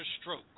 stroke